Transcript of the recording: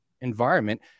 environment